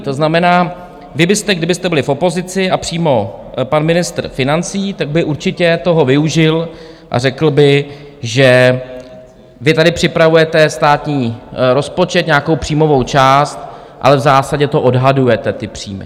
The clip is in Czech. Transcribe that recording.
To znamená, vy byste, kdybyste byli v opozici, a přímo pan ministr financí by určitě toho využil a řekl by, že vy tady připravujete státní rozpočet, nějakou příjmovou část, ale v zásadě to odhadujete, ty příjmy.